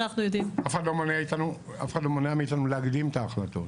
אף אחד לא מונע מאיתנו להקדים את ההחלטות.